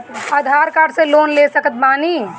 आधार card से loan ले सकत बणी?